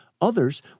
others